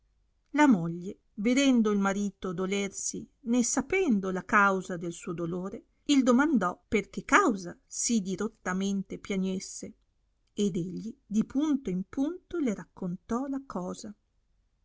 la moglie vedendo il marito dolersi né sapendo la causa del suo dolore il domandò per che causa sì dirottamente piagnesse ed egli di punto in punto le raccontò la cosa